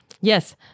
Yes